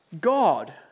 God